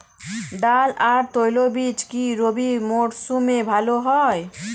ডাল আর তৈলবীজ কি রবি মরশুমে ভালো হয়?